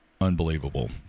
Unbelievable